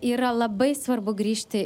yra labai svarbu grįžti